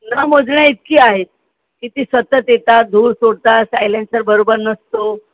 न मोजण्या इतकी आहे किती सतत येतात धूर सोडतात सायलेंसर बरोबर नसतो